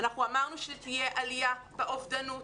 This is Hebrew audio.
אנחנו אמרנו שתהיה עלייה באובדנות,